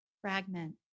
fragment